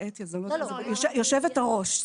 יושבת-הראש,